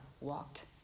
walked